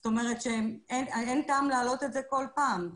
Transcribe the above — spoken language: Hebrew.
זאת אומרת אין טעם להעלות את זה כל פעם.